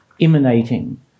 emanating